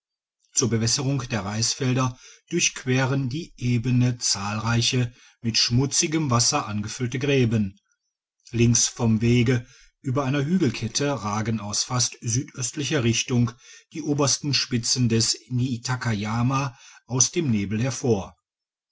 zur bewässerung der reisfelder durchqueren die ebene zahlreiche mit schmutzigem wasser angefüllte gräben links vom wege über einer hügelkette ragten aus fast südöstlicher richtung die obersten spitzen des niitakayama aus dem nebel hervor